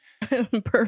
Perfect